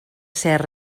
ser